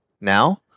Now